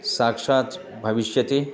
साक्षात् भविष्यति